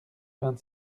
vingt